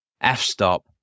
F-stop